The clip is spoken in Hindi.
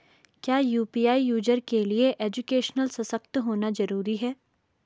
क्या यु.पी.आई यूज़र के लिए एजुकेशनल सशक्त होना जरूरी है?